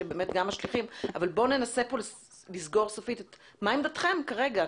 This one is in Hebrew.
אבל בואו ננסה לסגור סופית מה עמדתכם כרגע,